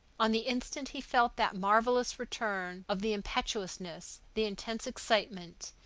on the instant he felt that marvelous return of the impetuousness, the intense excitement,